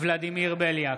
ולדימיר בליאק,